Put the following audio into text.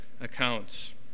accounts